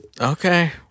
Okay